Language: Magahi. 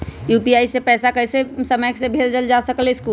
यू.पी.आई से पैसा कतेक समय मे भेजल जा स्कूल?